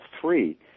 three